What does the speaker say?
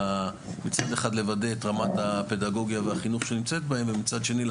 מצד אחד לוודא את רמת הפדגוגיה והחינוך שנמצא בהם ומצד שני,